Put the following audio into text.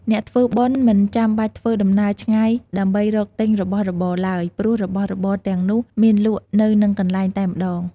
អ្នកធ្វើបុណ្យមិនចាំបាច់ធ្វើដំណើរឆ្ងាយដើម្បីរកទិញរបស់របរឡើយ ព្រោះរបស់របរទាំងនោះមានលក់នៅនឹងកន្លែងតែម្ដង។